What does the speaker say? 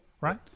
right